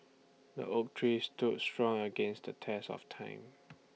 the oak tree stood strong against the test of time